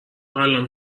الان